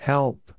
Help